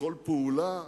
וכל פעולה.